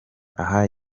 aha